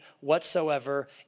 whatsoever